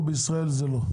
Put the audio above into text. או שבישראל לא?